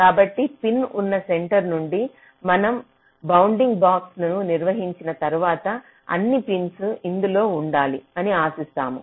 కాబట్టి పిన్స్ ఉన్న సెంటర్ నుండి మనం బౌండింగ్ బాక్స్ ను నిర్వచించిన తర్వాత అన్ని పిన్స్ ఇందులో ఉండాలి అని ఆశిస్తాము